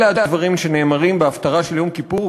אלה הדברים שנאמרים בהפטרה של יום כיפור,